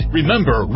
Remember